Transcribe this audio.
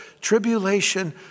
tribulation